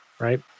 right